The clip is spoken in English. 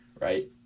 right